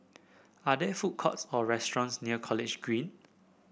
are there food courts or restaurants near College Green